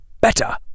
better